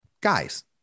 guys